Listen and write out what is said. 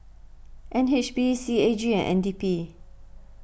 N H B C A G and N D P